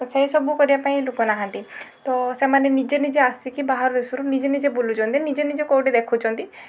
ସେ ସବୁ କରିବା ପାଇଁ ଲୋକ ନାହାଁନ୍ତି ତ ସେମାନେ ନିଜେ ନିଜେ ଆସିକି ବାହାର ଦେଶରୁ ନିଜେ ନିଜେ ବୁଲୁଛନ୍ତି ନିଜେ ନିଜେ କେଉଁଠି ଦେଖୁଛନ୍ତି